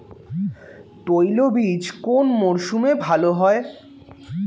তৈলবীজ কোন মরশুমে ভাল হয়?